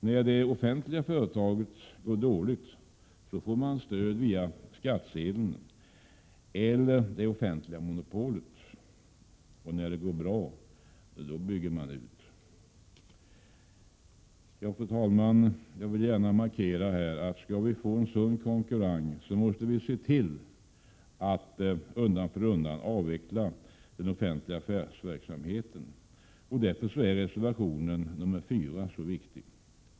När det offentliga företaget går dåligt får man stöd via skattsedeln eller det offentliga monopolet, och när det går bra bygger man ut. Fru talman! Jag vill här gärna slå fast att vi om vi skall få en sund konkurrens måste se till att undan för undan avveckla den offentliga affärsverksamheten. Det är därför som reservation 4 är så viktig.